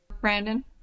Brandon